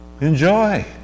Enjoy